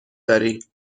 داری